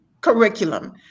curriculum